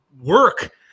work